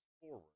forward